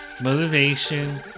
motivation